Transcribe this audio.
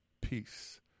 peace